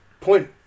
point